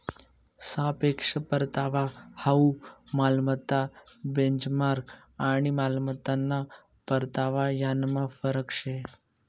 सापेक्ष परतावा हाउ मालमत्ता बेंचमार्क आणि मालमत्ताना परतावा यानमा फरक शे